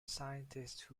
scientist